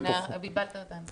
בלבלת אותנו.